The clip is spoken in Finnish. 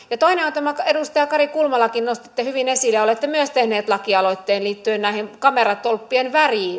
toinen on tämä edustaja kari kulmalakin nostitte hyvin esille ja olette myös tehnyt lakialoitteen liittyen näihin kameratolppien